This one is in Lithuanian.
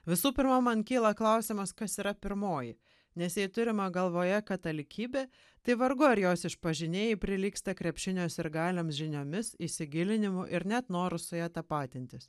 visų pirma man kyla klausimas kas yra pirmoji nes jei turima galvoje katalikybė tai vargu ar jos išpažinėjai prilygsta krepšinio sirgaliams žiniomis įsigilinimu ir net noru su ja tapatintis